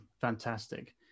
fantastic